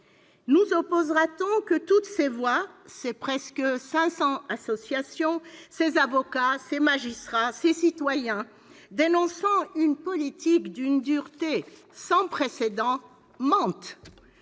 Nous opposera-t-on que toutes ces voix, ces presque cinq cents associations, ces avocats, ces magistrats, ces citoyens, dénonçant une politique d'une dureté sans précédent, mentent,